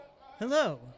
hello